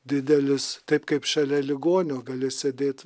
didelis taip kaip šalia ligonio gali sėdėt